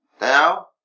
Now